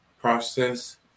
process